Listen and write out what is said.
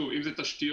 אם זה תשתיות,